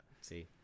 See